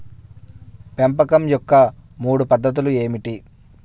పెంపకం యొక్క మూడు పద్ధతులు ఏమిటీ?